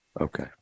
Okay